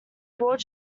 broad